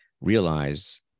realize